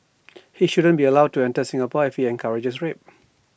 he shouldn't be allowed to enter Singapore if he encourages rape